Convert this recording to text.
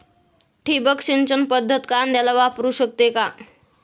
ठिबक सिंचन पद्धत कांद्याला वापरू शकते का?